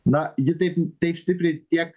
na ji taip taip stipriai tiek